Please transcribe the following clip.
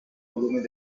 volumen